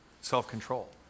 self-control